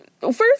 first